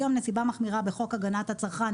היום נסיבה מחמירה בחוק הגנת הצרכן